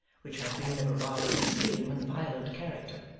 which had been of a rather extreme and violent character,